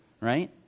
right